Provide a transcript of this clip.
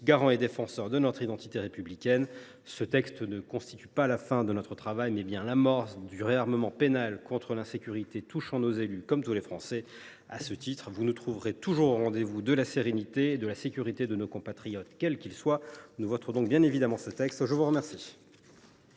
garants et défenseurs de notre identité républicaine. Ce texte ne constitue pas la fin de notre travail, mais bien l’amorce de notre réarmement pénal contre l’insécurité touchant nos élus, comme tous les Français. À ce titre, vous nous trouverez toujours au rendez vous de la sérénité et de la sécurité de nos compatriotes, quels qu’ils soient. La parole est à M. Vincent Louault, pour le groupe